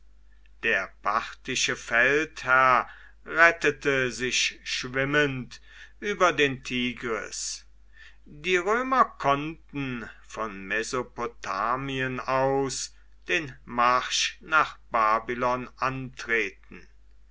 der parthische feldherr rettete sich schwimmend über den tigris die römer konnten von mesopotamien aus den marsch nach babylon antreten